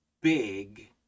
big